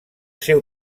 seu